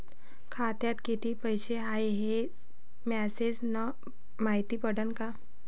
खात्यात किती पैसा हाय ते मेसेज न मायती पडन का?